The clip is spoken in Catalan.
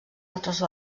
altres